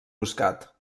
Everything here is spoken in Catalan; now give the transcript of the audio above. buscat